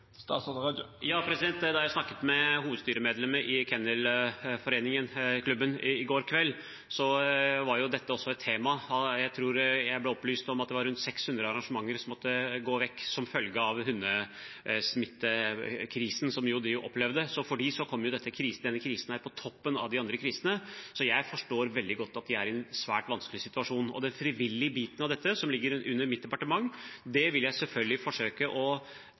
Da jeg snakket med hovedstyremedlemmet i Norsk Kennel Klub i går kveld, var dette også et tema. Jeg tror jeg ble opplyst om at det var rundt 600 arrangementer som måtte kuttes som følge av hundesmittekrisen de opplevde. Så for dem kommer krisen nå på toppen av det andre, og jeg forstår veldig godt at de er i en svært vanskelig situasjon. Den frivillige biten av dette, som ligger under mitt departement, vil jeg selvfølgelig forsøke å